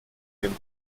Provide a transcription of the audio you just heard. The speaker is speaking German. den